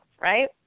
right